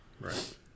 Right